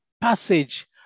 passage